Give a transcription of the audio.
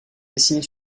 dessinée